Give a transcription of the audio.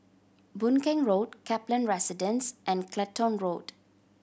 Boon Keng Road Kaplan Residence and Clacton Road